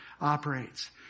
operates